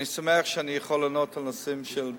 אני שמח שאני יכול לענות על נושאים של בריאות.